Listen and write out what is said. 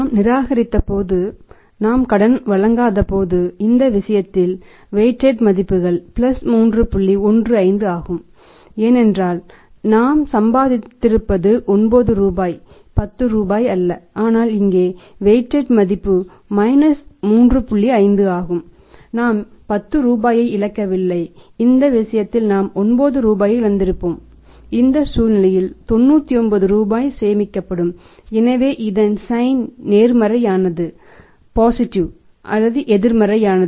நாம் நிராகரிக்காதபோது நாம் கடன் வழங்காதபோது இந்த விஷயத்தில் வைடிட் நேர்மறையானது அது எதிர்மறையானது